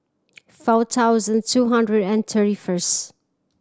four thousand two hundred and thirty first